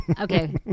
Okay